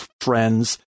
friends